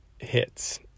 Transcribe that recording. hits